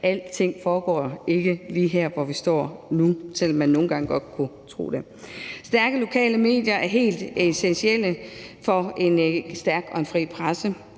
Alting foregår ikke lige her, hvor vi står nu, selv om man nogle gange godt kunne tro det. Stærke lokale medier er helt essentielle for en stærk og en fri presse,